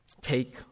Take